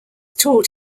taught